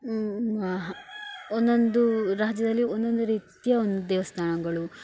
ಮ ಒಂದೊಂದು ರಾಜ್ಯದಲ್ಲಿ ಒಂದೊಂದು ರೀತಿಯ ಒಂದು ದೇವಸ್ಥಾನಗಳು